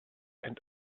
and